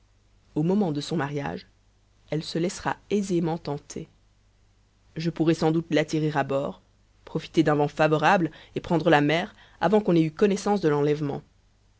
au moment de son mariage elle se laissera aisément tenter je pourrai sans doute l'attirer à bord profiter d'un vent favorable et prendre la mer avant qu'on ait eu connaissance de l'enlèvement